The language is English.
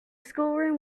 schoolroom